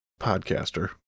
podcaster